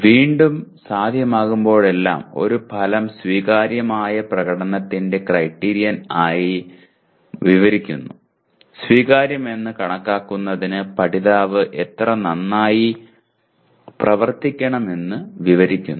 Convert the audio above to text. വീണ്ടും സാധ്യമാകുമ്പോഴെല്ലാം ഒരു ഫലം സ്വീകാര്യമായ പ്രകടനത്തിന്റെ ക്രൈറ്റീരിയൻ അഥവാ മാനദണ്ഡം വിവരിക്കുന്നു സ്വീകാര്യമെന്ന് കണക്കാക്കുന്നതിന് പഠിതാവ് എത്ര നന്നായി പ്രവർത്തിക്കണമെന്ന് വിവരിക്കുന്നു